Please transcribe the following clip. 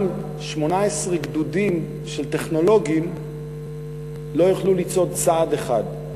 גם 18 גדודים של טכנולוגים לא יוכלו לצעוד צעד אחד.